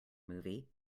movie